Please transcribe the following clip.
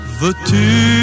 veux-tu